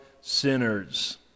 sinners